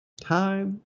Time